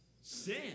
Sin